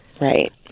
Right